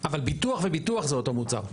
אבל ביטוח וביטוח זה אותו מוצר.